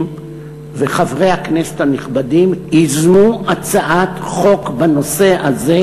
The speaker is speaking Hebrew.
וחברי הכנסת הנכבדים ייזמו הצעת חוק בנושא הזה,